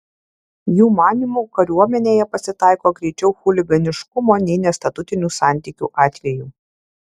jų manymu kariuomenėje pasitaiko greičiau chuliganiškumo nei nestatutinių santykių atvejų